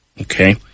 okay